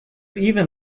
even